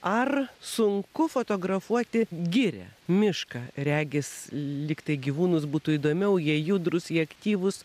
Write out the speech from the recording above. ar sunku fotografuoti girią mišką regis lygtai gyvūnus būtų įdomiau jie judrus aktyvus